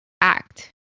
act